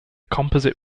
composite